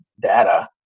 data